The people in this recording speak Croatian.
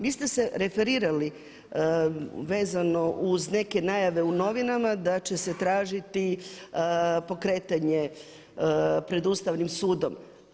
Vi ste se referirali vezano uz neke najave u novinama da će se tražiti pokretanje pred Ustavnim sudom.